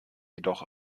jedoch